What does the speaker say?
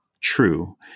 true